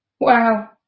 Wow